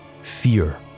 fear